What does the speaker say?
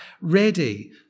ready